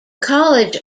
college